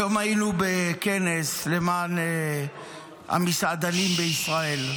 היום היינו בכנס למען המסעדנים בישראל.